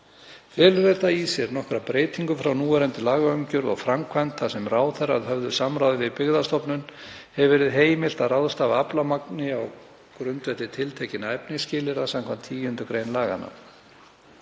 þetta í sér nokkra breytingu frá núverandi lagaumgjörð og framkvæmd þar sem ráðherra, að höfðu samráði við Byggðastofnun, hefur verið heimilt að ráðstafa aflamagni á grundvelli tiltekinna efnisskilyrða samkvæmt 10. gr. laganna.